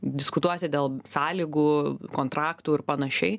diskutuoti dėl sąlygų kontraktų ir panašiai